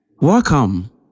Welcome